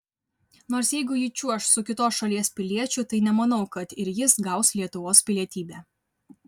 nors jeigu ji čiuoš su kitos šalies piliečiu tai nemanau kad ir jis gaus lietuvos pilietybę